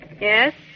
Yes